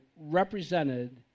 represented